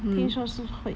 听说是会